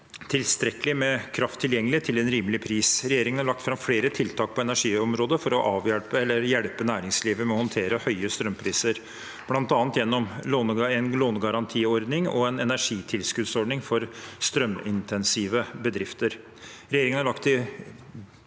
tilstrekkelig med kraft tilgjengelig til en rimelig pris. Regjering har lagt fram flere tiltak på energiområdet for å avhjelpe eller hjelpe næringslivet med å håndtere høye strømpriser, bl.a. gjennom en lånegarantiordning og en energitilskuddsordning for strømintensive bedrifter.